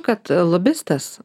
kad lobistas